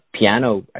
piano